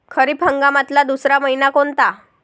खरीप हंगामातला दुसरा मइना कोनता?